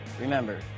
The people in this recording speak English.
Remember